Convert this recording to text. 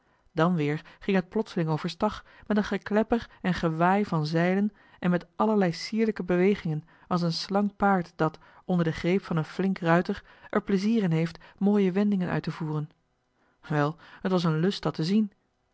dan weer ging het plotseling over stag met een geklepper en gewaai van zeilen en met allerlei sierlijke bewegingen als een slank paard dat onder den greep van een flink ruiter er plezier in heeft mooie wendingen uit te voeren wel het was een lust dat te zien